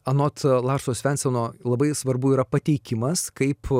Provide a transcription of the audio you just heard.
anot larso svenseno labai svarbu yra pateikimas kaip